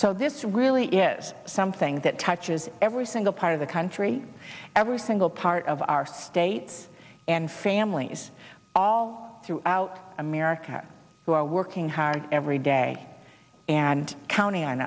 so this really is something that touches every single part of the country every single part of our states and families all throughout america who are working hard every day and count